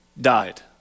Died